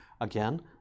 again